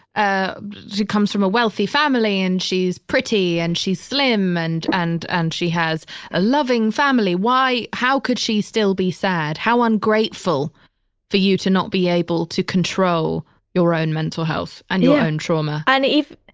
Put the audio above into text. ah she comes from a wealthy family and she's pretty and she's slim and, and, and she has a loving family. why, how could she still be sad? how ungrateful for you to not be able to control your own mental health and your own trauma? and if,